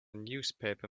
newspaper